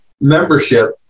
membership